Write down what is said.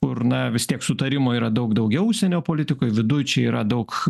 kur na vis tiek sutarimo yra daug daugiau užsienio politikoj viduj čia yra daug